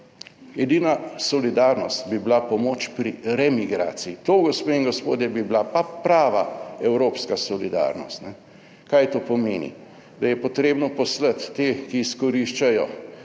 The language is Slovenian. Edina solidarnost bi bila pomoč pri remigraciji. To, gospe in gospodje, bi bila pa prava evropska solidarnost. Kaj to pomeni? Da je potrebno poslati te, ki izkoriščajo